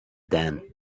then